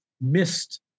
missed